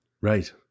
Right